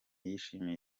yishimiye